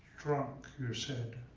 drunk, you said.